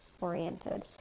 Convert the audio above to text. oriented